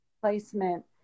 placement